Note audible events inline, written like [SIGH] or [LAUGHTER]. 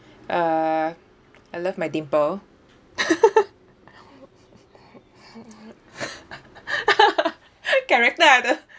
uh I love my dimple [LAUGHS] character I do~